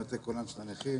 מטה קולם של הנכים.